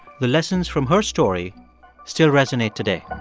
the lessons from her story still resonate today